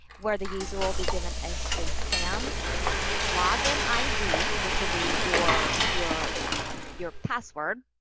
where the user will be given a a sams login id, which will be your, your um your password,